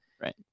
right